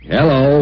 Hello